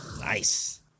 Nice